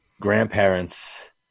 grandparents